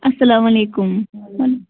اَسلامُ علیکُم